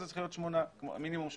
מינימום שמונה.